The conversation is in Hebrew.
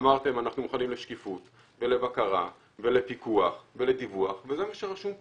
אמרתם שאתם מוכנים לשקיפות ולבקרה ולפיקוח ולדיווח וזה מה שרשום פה.